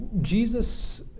Jesus